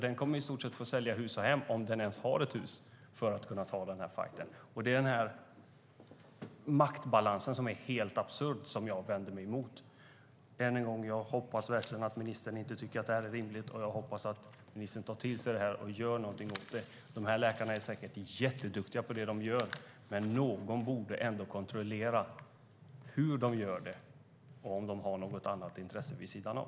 Den kommer i stort sett att få sälja hus och hem - om den ens har ett hus - för att kunna ta den här fajten. Det är den här helt absurda maktbalansen som jag vänder mig emot. Än en gång: Jag hoppas verkligen att ministern inte tycker att detta är rimligt. Jag hoppas att ministern tar till sig det här och gör någonting åt det. De här läkarna är säkert jätteduktiga på det de gör, men någon borde ändå kontrollera hur de gör det och om de har något annat intresse vid sidan av.